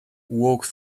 walk